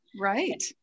right